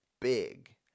big